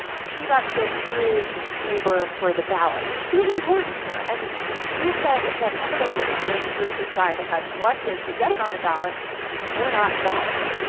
she got to approve tabor for the ballot, so she was important here. and she had said that some of the signatures bruce's side had collected to get it on the ballot were not valid,